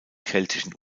keltischen